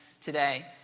today